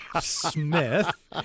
Smith